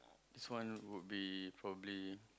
this one would be probably